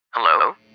Hello